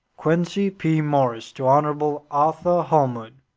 quincey p. morris to hon. arthur holmwood.